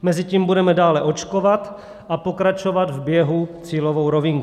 Mezitím budeme dále očkovat a pokračovat v běhu cílovou rovinkou.